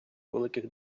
великих